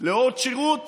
לעוד שירות